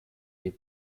des